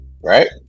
Right